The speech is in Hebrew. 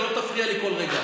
אתה לא תפריע לי כל רגע,